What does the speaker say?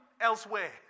elsewhere